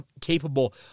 capable